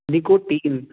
nicotine